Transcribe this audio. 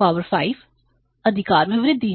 power 5 अधिकार में वृद्धि है